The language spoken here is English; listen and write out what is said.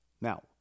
now